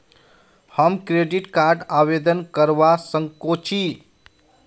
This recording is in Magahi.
हम क्रेडिट कार्ड आवेदन करवा संकोची?